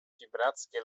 wibracje